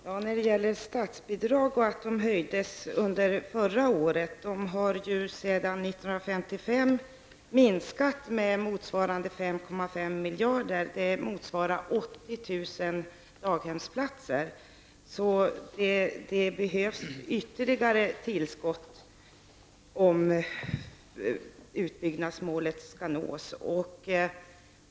Herr talman! Statsrådet säger att statsbidragen höjdes under förra året, men de har ju sedan 1955 minskat med motsvarande 5,5 miljarder, vilket motsvarar 80 000 daghemsplatser. Det behövs alltså ytterligare tillskott om utbyggnadsmålet skall nås.